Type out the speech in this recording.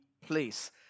place